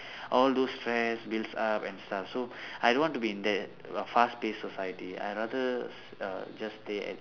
all those stress builds up and stuff so I don't want to be in that fast paced society I rather err just stay and